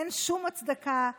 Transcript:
אין שום הצדקה.